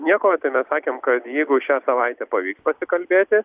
nieko tai mes sakėm kad jeigu šią savaitę pavyks pasikalbėti